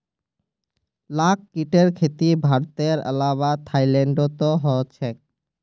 लाख कीटेर खेती भारतेर अलावा थाईलैंडतो ह छेक